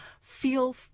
feel